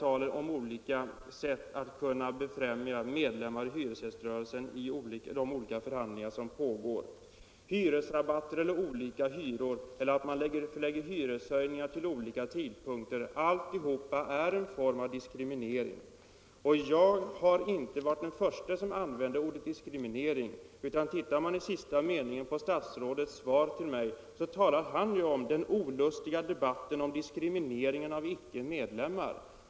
Alla dessa sätt att skaffa förmåner åt medlemmar i hyresgäströrelsen vid de förhandlingar som pågår — hyresrabatter, olika hyror eller hyreshöjningar vid olika tidpunkter — innebär en form av diskriminering. Och jag var inte den förste som använde ordet diskriminering. I sista meningen i sitt svar talade statsrådet om den ”olustiga debatten om diskrimineringen av icke-medlemmar”.